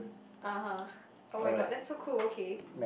(uh huh) [oh]-my-god that's so cool okay